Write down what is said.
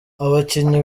abakinnyi